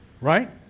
right